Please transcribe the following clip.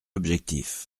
objectif